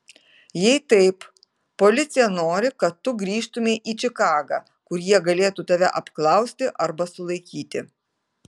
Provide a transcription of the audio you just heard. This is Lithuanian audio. jei taip policija nori kad tu grįžtumei į čikagą kur jie galėtų tave apklausti arba sulaikyti